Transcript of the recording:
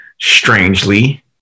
strangely